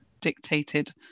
dictated